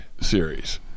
series